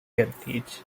heritage